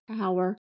hour